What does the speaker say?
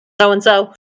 so-and-so